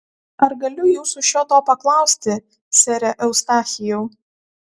ar galiu jūsų šio to paklausti sere eustachijau